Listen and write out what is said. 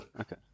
okay